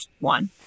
one